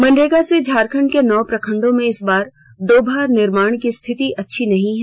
मनरेगा से झारखंड के नौ प्रखंडों में इस बार डोभा निर्माण की स्थिति अच्छी नहीं है